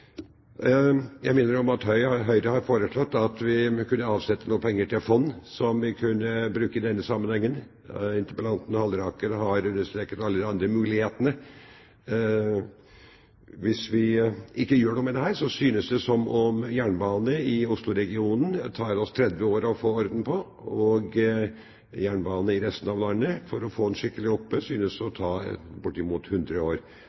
Jeg må innrømme at Høyre har foreslått at vi kunne sette av noen penger til fond som vi kunne bruke i denne sammenhengen. Interpellanten, Halleraker, har understreket alle de andre mulighetene. Hvis vi ikke gjør noe med dette, synes det som om det vil ta oss 30 år å få orden på en jernbane i Oslo-regionen, og for å få en skikkelig jernbane i resten av landet synes det å ta bortimot 100 år.